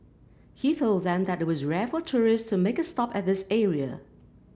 he told them that it was rare for tourists to make a stop at this area